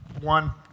one